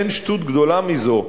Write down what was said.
אין שטות גדולה מזו,